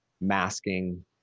Masking